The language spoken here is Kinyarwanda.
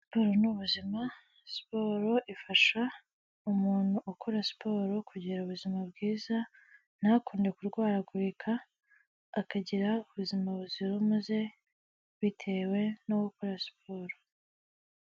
Siporo ni ubuzima, siporo ifasha umuntu ukora siporo kugira ubuzima bwiza ntakunde kurwaragurika akagira ubuzima buzira umuze bitewe no gukora siporo.